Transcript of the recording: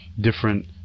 different